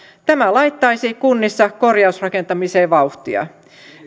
tämä laittaisi kunnissa korjausrakentamiseen vauhtia